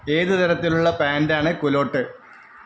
ഏത് തരത്തിലുള്ള പാൻറ് ആണ് കുലോട്ട്